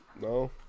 No